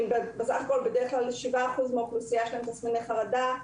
בדרך כלל לשבעה אחוזים מהאוכלוסייה יש תסמיני חרדה,